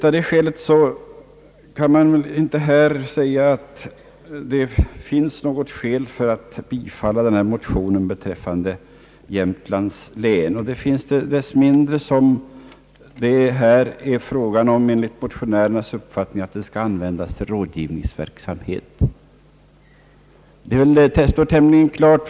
Av det skälet kan man inte säga att det finns anledning bifalla denna motion beträffande Jämtlands län, desto mindre som det enligt motionärernas uppfattning är fråga om att medlen skall användas till rådgivningsverksamhet.